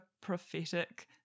prophetic